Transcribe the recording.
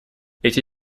эти